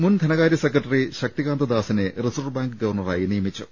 മുൻ ധനകാര്യ സെക്രട്ടറി ശക്തികാന്ത ദാസിനെ റിസർവ് ബാങ്ക് ഗവർണറായി നിയമിച്ചു